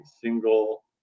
single